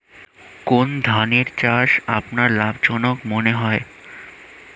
কোন ধানের চাষ আপনার লাভজনক মনে হয়?